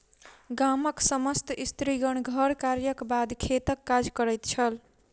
गामक समस्त स्त्रीगण घर कार्यक बाद खेतक काज करैत छल